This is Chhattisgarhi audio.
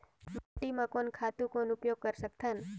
माटी म कोन खातु कौन उपयोग कर सकथन?